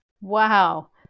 wow